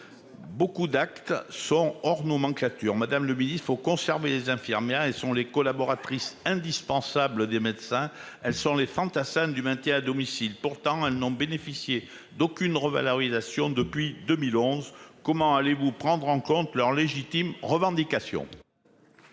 Beaucoup d'actes sont hors nomenclature Madame le Ministre faut conserver les infirmières elles sont les collaboratrices indispensable des médecins. Elles sont les fantassins du maintien à domicile, pourtant elles n'ont bénéficié d'aucune revalorisation depuis 2011. Comment allez-vous prendre en compte leurs légitimes revendications.